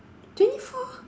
twenty four